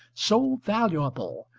so valuable,